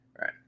Right